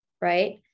right